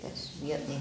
that's weird